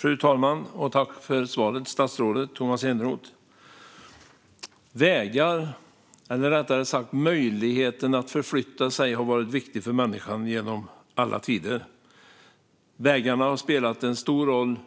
Fru talman! Tack för svaret, statsrådet Tomas Eneroth! Vägar, eller rättare sagt möjligheten att förflytta sig, har varit någonting viktigt för människan genom alla tider. Vägarna har spelat en stor roll